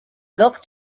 looked